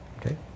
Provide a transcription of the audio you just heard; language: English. Okay